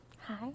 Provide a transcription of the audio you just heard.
Hi